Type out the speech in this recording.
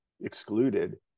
excluded